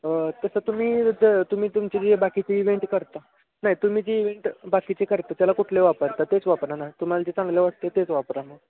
तसं तुम्ही जर तुम्ही तुमचे जे बाकीचे इवेंट करता नाही तुम्ही जे इवेंट बाकीचे करता त्याला कुठले वापरता तेच वापरा ना तुम्हाला जे चांगलं वाटतं तेच वापरा मग